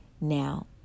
now